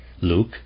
Luke